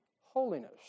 holiness